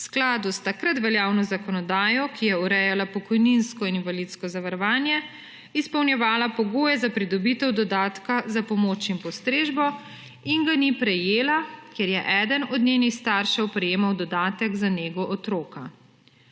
v skladu s takrat veljavno zakonodajo, ki je urejala pokojninsko in invalidsko zavarovanje, izpolnjevala pogoje za pridobitev dodatka za pomoč in postrežbo in ga ni prejela, ker je eden od njenih staršev prejemal dodatek za nego